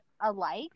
alike